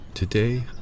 Today